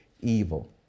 evil